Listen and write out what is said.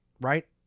right